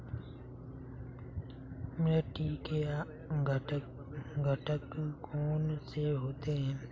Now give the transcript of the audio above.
मिट्टी के घटक कौन से होते हैं?